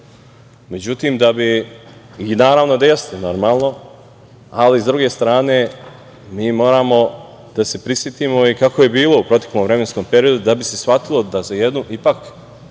normalno. Naravno da jeste normalno, ali sa druge strane moramo da se prisetimo i kako je bio u proteklom vremenskom periodu da bi se shvatilo da za jednu ipak